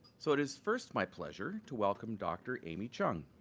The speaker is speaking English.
so, it is first my pleasure to welcome dr. amy cheung.